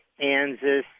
Anzus